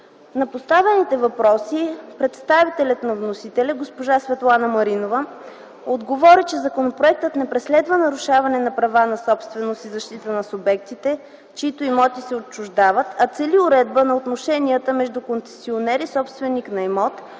На поставените въпроси представителят на вносителя госпожа Светлана Маринова отговори, че законопроектът не преследва нарушаване на правата на собственост и защита на субектите, чиито имоти се отчуждават, а цели уредба на отношенията между концесионер и собственик на имот,